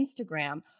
Instagram